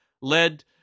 led